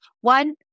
One